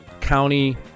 county